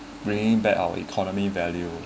brining back our economy value